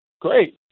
great